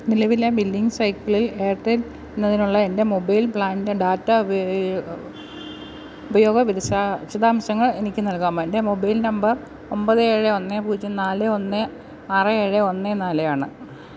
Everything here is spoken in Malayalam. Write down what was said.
നിലവിലെ ബില്ലിങ് സൈക്കിളിൽ എയർടെൽ എന്നതിലുള്ള എൻ്റെ മൊബൈൽ പ്ലാൻൻ്റെ ഡാറ്റാ ഉപയോഗം ഉപയോഗം വിദശാ വിശദാംശങ്ങൾ എനിക്ക് നൽകാമോ എൻ്റെ മൊബൈൽ നമ്പർ ഒൻപത് ഏഴ് ഒന്ന് പൂജ്യം നാല് ഒന്ന് ആറ് ഏഴ് ഒന്ന് നാല് ആണ്